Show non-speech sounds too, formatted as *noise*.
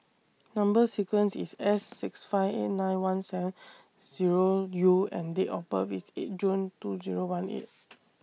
Number sequence IS S six five eight nine one seven Zero U and Date of birth IS eight June two Zero one eight *noise*